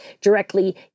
directly